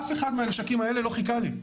אף אחד מהנשקים האלה לא חיכה לי.